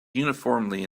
uniformly